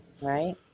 Right